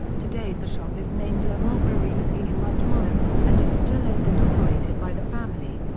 today the shop is named la marbrerie mathieu-mardoyan, and is still owned and operated by the family.